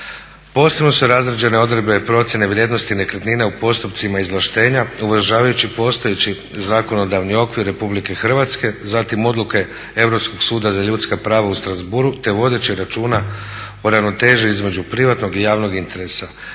Posebno su razrađene odredbe procjene vrijednosti nekretnina u postupcima izvlaštenja uvažavajući postojeći zakonodavni okvir Republike Hrvatske, zatim odluke Europskog suda za ljudska prava u Strasbourgu te vodeći računa o ravnoteži između privatnog i javnog interesa.